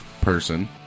person